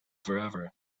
forever